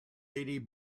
lady